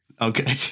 Okay